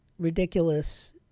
ridiculous